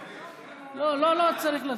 לא, לא צריך להצביע.